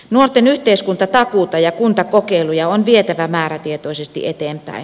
nuorten yhteiskuntatakuuta ja kuntakokeiluja on vietävä määrätietoisesti eteenpäin